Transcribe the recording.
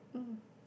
um